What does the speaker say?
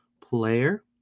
player